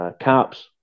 caps